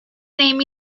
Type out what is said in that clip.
name